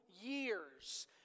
years